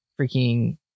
freaking